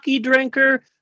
drinker